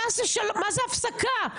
מה זו הפסקה?